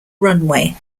runway